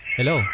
Hello